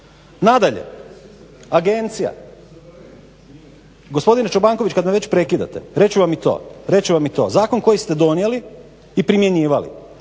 Nadalje, agencija? Gospodine Čobanković, kad me već prekidate, reć ću vam i to. zakon koji ste donijeli i primjenjivali